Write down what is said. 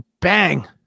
bang